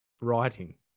writing